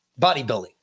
bodybuilding